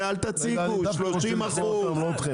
האם הגדלת היקף הקרקעות באמת מאפשרת את ההעדפה הזו לדו-שימוש?